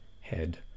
head